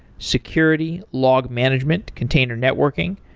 security, log management, container networking,